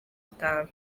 itanu